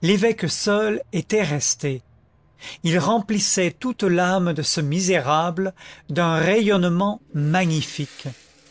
l'évêque seul était resté il remplissait toute l'âme de ce misérable d'un rayonnement magnifique